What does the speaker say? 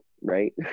Right